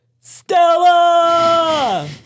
Stella